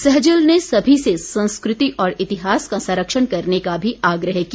सहजल ने सभी से संस्कृति और इतिहास का संरक्षण करने का भी आग्रह किया